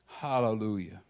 hallelujah